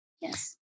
Yes